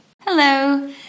Hello